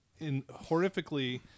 horrifically